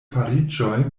fariĝoj